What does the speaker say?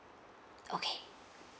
okay